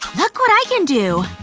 look what i can do!